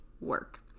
work